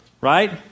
right